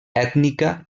ètnica